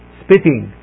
spitting